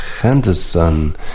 Henderson